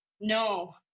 no